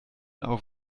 auf